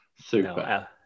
super